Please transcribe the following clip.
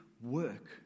work